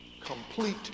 complete